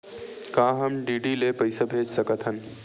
का हम डी.डी ले पईसा भेज सकत हन?